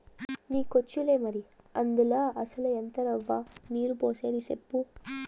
నీకొచ్చులే మరి, అందుల అసల ఎంత రవ్వ, నీరు పోసేది సెప్పు